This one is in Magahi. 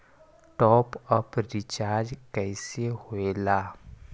टाँप अप रिचार्ज कइसे होएला?